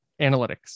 Analytics